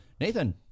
nathan